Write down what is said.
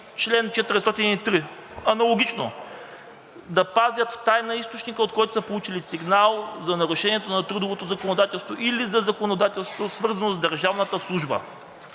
чл. 403, аналогично: „Да пазят в тайна източника, от който са получили сигнал за нарушението на трудовото законодателство или за законодателството, свързано с държавната служба.“